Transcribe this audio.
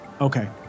Okay